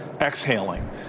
exhaling